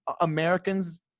Americans